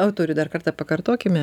autorių dar kartą pakartokime